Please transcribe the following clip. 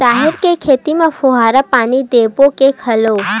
राहेर के खेती म फवारा पानी देबो के घोला?